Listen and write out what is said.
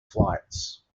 flights